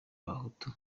abahutu